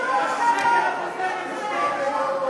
ששש נגד מגילת העצמאות.